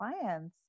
clients